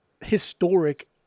historic